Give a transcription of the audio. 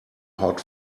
hot